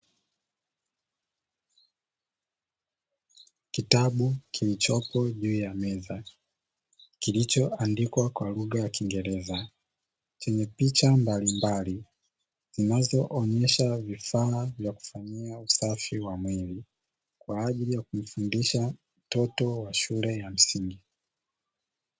Kitabu kilichopo juu ya meza kilichoandikwa kwa lugha ya kiingereza chenye picha mbalimbali, kinachoonesha vifaa vya kufanyia usafi wa mwili kwa ajili ya kumfundisha mtoto wa shule ya msingi.